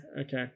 Okay